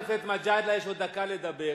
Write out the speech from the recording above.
לחבר הכנסת מג'אדלה יש עוד דקה לדבר.